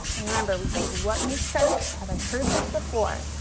and remember, we think what makes sense, have i heard this before?